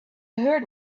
heard